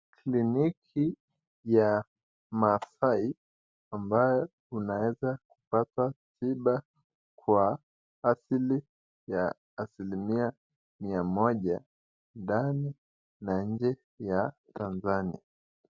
Kliniki ya masai ambayo unaweza kupata tiba kwa asili ya asilimia mia moja dani na nje ya Tanzania.